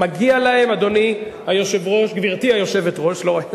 מגיע להם, גברתי היושבת-ראש.